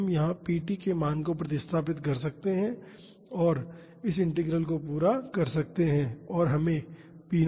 तो हम यहाँ p t के मान को प्रतिस्थापित कर सकते हैं और इस इंटीग्रल को पूरा कर सकते हैं और हमें p0 बाई 2 मिलेगा